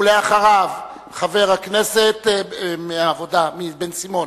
אחריו, חבר הכנסת מהעבודה, דניאל בן-סימון.